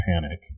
panic